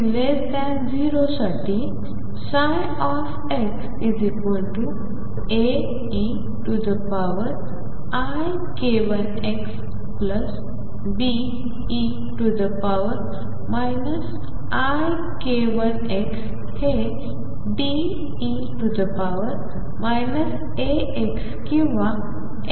x0 साठी xAeik1xBe ik1x हे D e αx किंवा x0